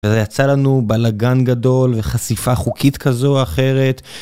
וזה יצא לנו בלאגן גדול וחשיפה חוקית כזו או אחרת.